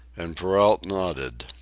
and perrault nodded.